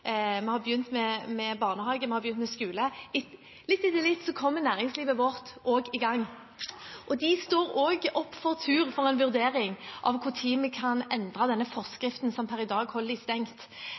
med barnehage, med skole. Litt etter litt kommer næringslivet vårt også i gang, og de står for tur når det gjelder en vurdering av når vi kan endre denne